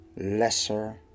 Lesser